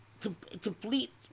complete